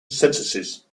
censuses